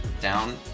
down